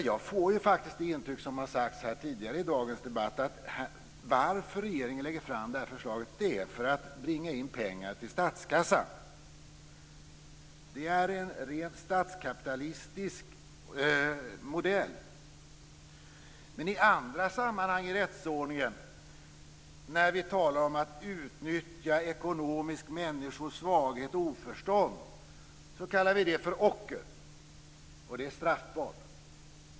Jag får faktiskt samma intryck som har redovisats tidigare i dagens debatt, nämligen att orsaken till att regeringen lägger fram det här förslaget är att bringa in pengar till statskassan. Det är en rent statskapitalistisk modell. Men i andra sammanhang i rättsordningen när vi talar om att ekonomiskt utnyttja människors svaghet och oförstånd kallar vi det för ocker, och det är straffbart.